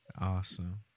Awesome